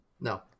No